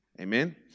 Amen